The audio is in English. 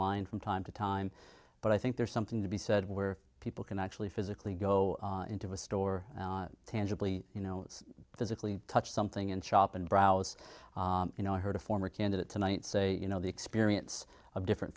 line from time to time but i think there's something to be said where people can actually physically go into a store tangibly you know physically touch something and shop and browse you know i heard a former candidate tonight say you know the experience of different